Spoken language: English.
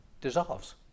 dissolves